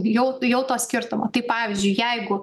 jau jau to skirtumo tai pavyzdžiui jeigu